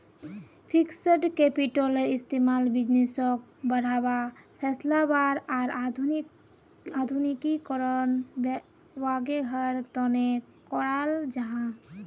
fixed कैपिटलेर इस्तेमाल बिज़नेसोक बढ़ावा, फैलावार आर आधुनिकीकरण वागैरहर तने कराल जाहा